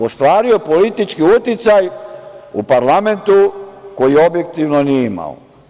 Ostvario politički uticaj u parlamentu koji objektivno nije imao.